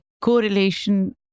correlation